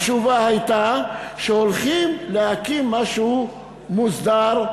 התשובה הייתה שהולכים להקים משהו מוסדר,